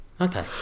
okay